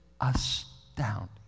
astounding